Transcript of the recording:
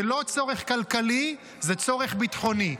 זה לא צורך כלכלי, זה צורך ביטחוני.